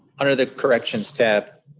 under the corrections tab,